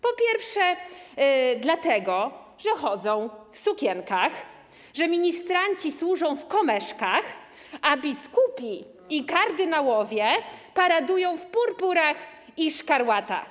Po pierwsze, dlatego że chodzą w sukienkach, że ministranci służą w komeżkach, a biskupi i kardynałowie paradują w purpurach i szkarłatach.